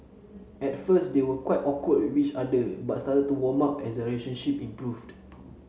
at first they were quite awkward with each other but started to warm up as their relationship improved